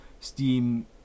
steam